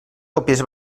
còpies